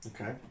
Okay